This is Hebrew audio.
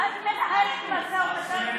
מה את מנהלת משא ומתן,